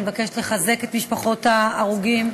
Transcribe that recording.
אני מבקשת לחזק את משפחות ההרוגים,